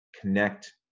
connect